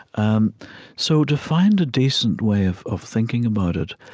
um so to find a decent way of of thinking about it,